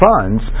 funds